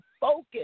focus